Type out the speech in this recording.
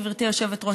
גברתי היושבת-ראש,